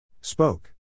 Spoke